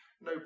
No